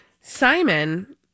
Simon